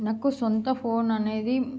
నాకు సొంత ఫోన్ అనేది